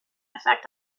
effect